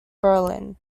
berlin